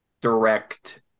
direct